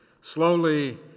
slowly